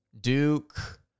Duke